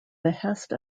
behest